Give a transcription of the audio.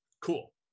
Cool